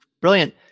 brilliant